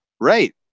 right